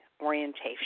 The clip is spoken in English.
orientation